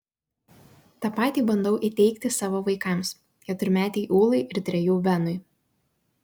tą patį bandau įteigti savo vaikams keturmetei ūlai ir trejų benui